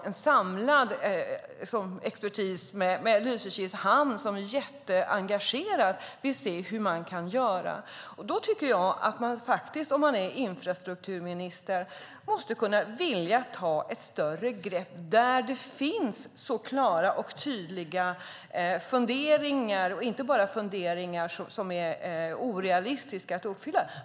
En samlad expertis och Lysekils hamn har varit engagerade och vill se hur man kan göra. Om man är infrastrukturminister måste man kunna ta ett större grepp när det finns så klara och tydliga funderingar, och inte bara funderingar som är orealistiska att uppfylla.